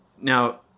Now